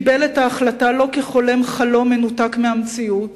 הוא קיבל את ההחלטה לא כחולם חלום מנותק מהמציאות,